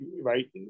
right